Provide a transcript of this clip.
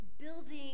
building